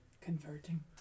converting